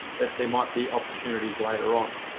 that there might be opportunities later on.